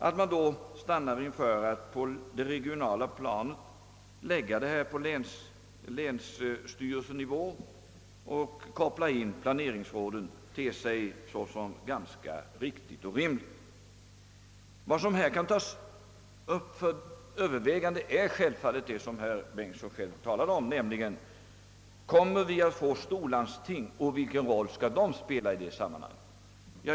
Att man då stannar för att på det regionala planet lägga dessa uppgifter på länsstyrelsen och koppla in planeringsråden ter sig såsom ganska riktigt och rimligt. Vad som kan tas upp till övervägande är självfallet. det som herr Bengtson själv talade om, nämligen: Kommer vi att få storlandsting och vilken roll skall de spela i det sammanhanget?